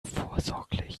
vorsorglich